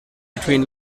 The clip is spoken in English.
between